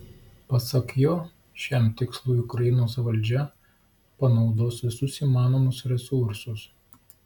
pasak jo šiam tikslui ukrainos valdžia panaudos visus įmanomus resursus